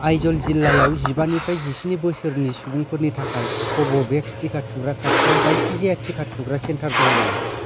आइजल जिल्लायाव जिबा निफ्राय जिस्नि बोसोरनि सुबुंफोरनि थाखाय कव'भेक्स टिका थुग्रा खाथिआव जायखिजाया टिका थुग्रा सेन्टार दङ नामा